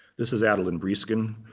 this is adelyn breeskin.